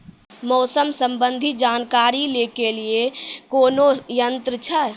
मौसम संबंधी जानकारी ले के लिए कोनोर यन्त्र छ?